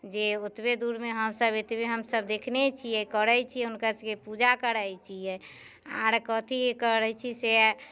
जे ओतबे दूरमे हमसभ एतबे हमसभ देखने छियै करै छियै हुनका सभके पूजा करै छियै आर कथी करै छियै से